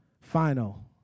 final